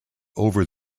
over